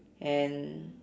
and